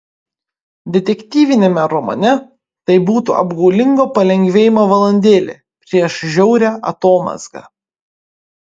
detektyviniame romane tai būtų apgaulingo palengvėjimo valandėlė prieš žiaurią atomazgą